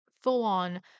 full-on